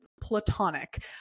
platonic